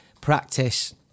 practice